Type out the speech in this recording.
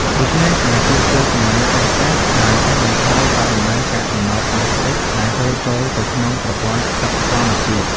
ដូច្នេះ ការជួសជុលសំណាញ់ចាស់ៗបានកាត់បន្ថយបរិមាណកាកសំណល់ប្លាស្ទិកដែលហូរចូលទៅក្នុងប្រព័ន្ធទឹកធម្មជាតិ។